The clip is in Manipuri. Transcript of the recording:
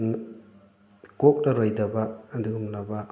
ꯀꯣꯛꯂꯔꯣꯏꯗꯕ ꯑꯗꯨꯒꯨꯝꯂꯕ